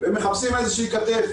והם מחפשים איזושהי כתף